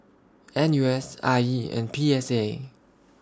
N U S I E and P S A